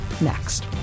next